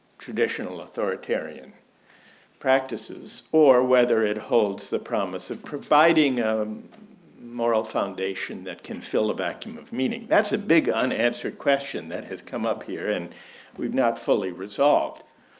traditional authoritarian practices or whether it holds the promise of providing a um moral foundation that can fill a vacuum of meaning. that's a big unanswered question that has come up here and we've not fully resolved.